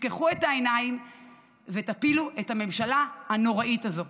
תפקחו את העיניים ותפילו את הממשלה הנוראית הזו.